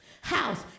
house